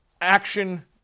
action